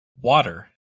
water